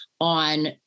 on